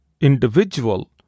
individual